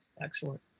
excellent